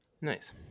Nice